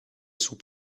sous